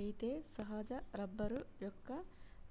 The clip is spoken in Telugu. అయితే సహజ రబ్బరు యొక్క